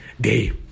day